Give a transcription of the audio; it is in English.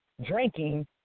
drinking